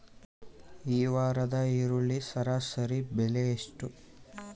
ಈ ವಾರದ ಈರುಳ್ಳಿ ಸರಾಸರಿ ಬೆಲೆ ಎಷ್ಟು?